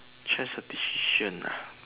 change a decisions ah